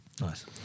Nice